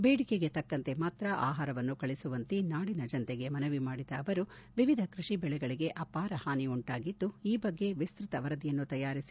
ಬೇಡಿಕೆಗೆ ತಕ್ಕಂತೆ ಮಾತ್ರ ಆಹಾರವನ್ನು ಕಳಿಸುವಂತೆ ನಾಡಿನ ಜನತೆಗೆ ಮನವಿ ಮಾಡಿದ ಅವರು ವಿವಿಧ ಕೃಷಿ ಬೆಳೆಗಳಿಗೆ ಅಪಾರ ಹಾನಿ ಉಂಟಾಗಿದ್ದು ಈ ಬಗ್ಗೆ ವಿಸ್ತತ ವರದಿಯನ್ನು ತಯಾರಿಸಿ